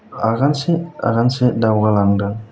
आगानसे आगानसे दावगालांदों